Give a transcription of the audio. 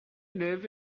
laugh